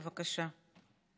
בבקשה.